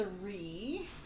three